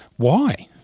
why?